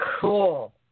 Cool